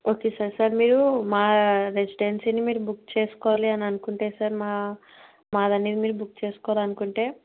okay sir sir మీరు మా రెసిడెన్సీని మీరు బుక్ చేసుకోవాలి అని అనుకుంటే సార్ మా మాదనేది మీరు బుక్ చేసుకోవాలనుకుంటే